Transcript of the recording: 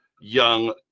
young